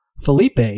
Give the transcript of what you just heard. Felipe